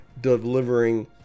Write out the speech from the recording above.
delivering